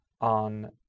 on